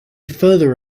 further